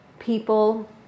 People